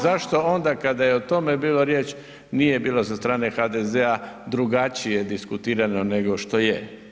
Zašto onda kada je o tome bilo riječ nije bilo sa strane HDZ drugačije diskutirano nego što je.